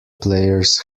players